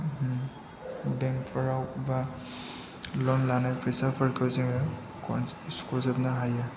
बेंकफोराव बा ल'न लानाय फैसाफोरखौ जोङो सुख'जोबनो हायो